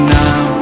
now